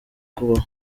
kubaho